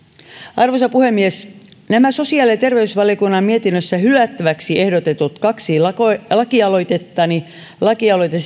arvoisa puhemies nämä sosiaali ja terveysvaliokunnan mietinnössä hylättäväksi ehdotetut kaksi lakialoitettani lakialoite